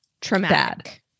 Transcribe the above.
traumatic